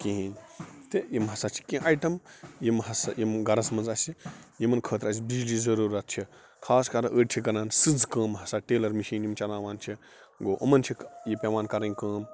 کِہیٚنۍ تہٕ یِم ہَسا چھِ کیٚنٛہہ ایٹم یِم ہسا یِم گَرس منٛز اَسہِ یِمن خٲطر اسہِ بِجلی ضرورت چھِ خاص کر أڑۍ چھِ کَران سٕژٕ کٲم ہَسا ٹیلر مشین یِم چَلاوان چھِ گوٚو یِمن چھِ یہِ پیٚوان کِرنۍ کٲم